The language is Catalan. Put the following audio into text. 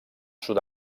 sud